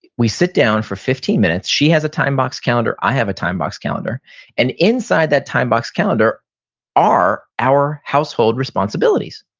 we sit down for fifteen minutes, she has a timebox calendar, i have a timebox calendar and inside that timebox calendar are our household responsibilities.